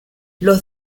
los